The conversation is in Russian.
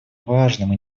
важным